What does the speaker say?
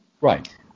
Right